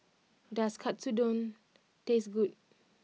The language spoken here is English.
does Katsudon taste good